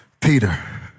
Peter